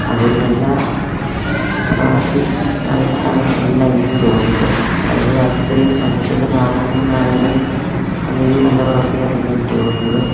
അതൊരു നല്ല പ്രവർത്തി ആയിട്ടല്ല എനിക്ക് തോന്നുന്നത് അതായത് ആശുപത്രിയുടെ ഭാഗത്തു നിന്നാണെങ്കിലും അങ്ങനെയൊരു നല്ല പ്രവർത്തിയായിട്ടല്ല എനിക്ക് തോന്നുന്നത്